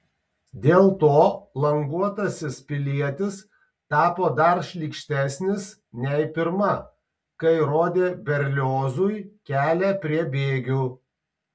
dėl to languotasis pilietis tapo dar šlykštesnis nei pirma kai rodė berliozui kelią prie bėgių